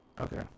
Okay